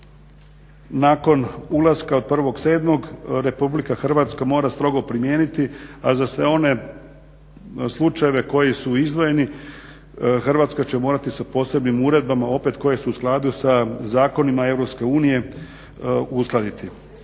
nakon ulaska 1.7. RH mora strogo primijeniti a za sve one slučajeve koji su izdvojeni Hrvatska će morati sa posebnim uredbama opet koje su u skladu sa zakonima EU uskladiti.